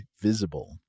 Visible